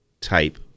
type